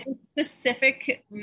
specific